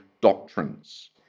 doctrines